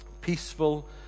peaceful